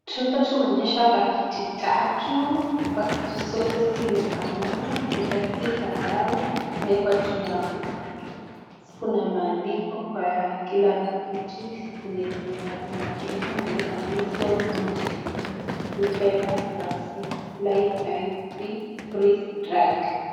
Chupa tunaonyeshwa paketi tatu, pakiti zote zimefanana, paketi za dawa imewekwa juu ya meza, kuna maandiko kwa kila paketi zenye zimefanana pia, zimeandikwa [Missle Varicella Vaccine (Live), Freeze-dried]